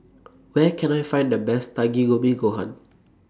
Where Can I Find The Best Takikomi Gohan